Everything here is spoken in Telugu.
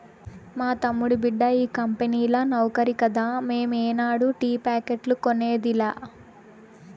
మా తమ్ముడి బిడ్డ ఈ కంపెనీల నౌకరి కదా మేము ఏనాడు టీ ప్యాకెట్లు కొనేదిలా